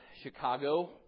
Chicago